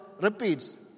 repeats